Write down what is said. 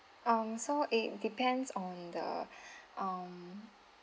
um so it depends on the um